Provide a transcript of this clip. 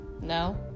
No